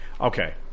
Okay